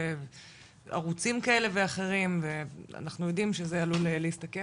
בערוצים כאלה ואחרים ואנחנו יודעים שזה עלול להסתכם